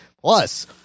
Plus